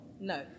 no